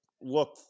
look